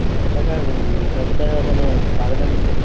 কত টাকা যত টাকা মানে পারবেন